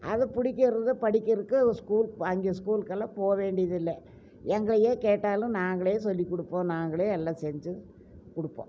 அது பிடிக்கிறது படிக்கிறதுக்கு ஸ்கூல் ப அங்கே ஸ்கூலுக்கெல்லாம் போக வேண்டியதில்லை எங்களையே கேட்டாலும் நாங்களே சொல்லிக் கொடுப்போம் நாங்களே எல்லாம் செஞ்சு கொடுப்போம்